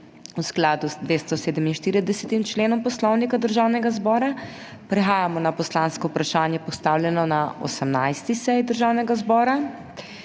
V skladu z 247. členom Poslovnika Državnega zbora prehajamo na poslansko vprašanje, postavljeno na 18. seji Državnega zbora.